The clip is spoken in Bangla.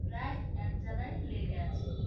প্রায় এক জায়গায় লেগে আছে